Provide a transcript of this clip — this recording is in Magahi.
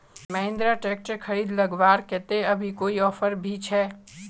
महिंद्रा ट्रैक्टर खरीद लगवार केते अभी कोई ऑफर भी छे?